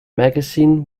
magazine